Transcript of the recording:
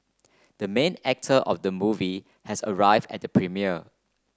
the main actor of the movie has arrive at the premiere